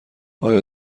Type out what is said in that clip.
آیا